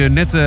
net